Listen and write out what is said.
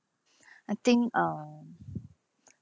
I think um